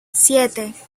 siete